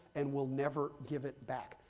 and will never give it back.